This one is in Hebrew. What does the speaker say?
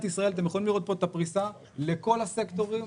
ישראל אתם יכולים לראות את הפריסה לכל הסקטורים,